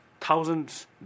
Thousands